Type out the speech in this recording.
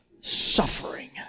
suffering